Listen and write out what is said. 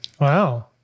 Wow